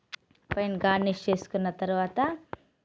garnish చేసుకున్న తర్వాత